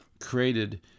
created